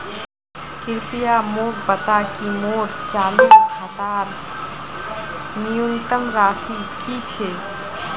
कृपया मोक बता कि मोर चालू खातार न्यूनतम राशि की छे